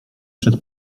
przed